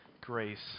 Grace